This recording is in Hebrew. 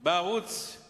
בערוצים